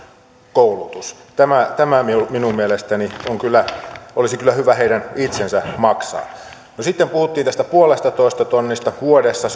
koulutus tämä tämä minun minun mielestäni olisi kyllä hyvä heidän itsensä maksaa sitten puhuttiin tästä puolestatoista tonnista vuodessa